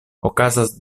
okazas